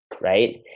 right